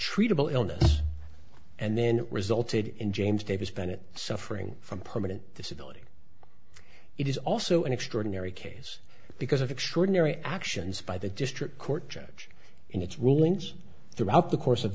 treatable illness and then resulted in james davis bennett suffering from permanent disability it is also an extraordinary case because of extraordinary actions by the district court judge in its rulings throughout the course of